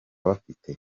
bafite